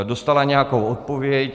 Dostala nějakou odpověď.